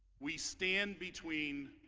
we stand between